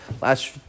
last